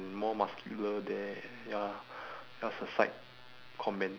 more muscular there ya just a side comment